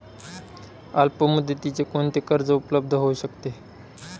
अल्पमुदतीचे कोणते कर्ज उपलब्ध होऊ शकते?